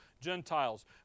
Gentiles